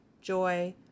joy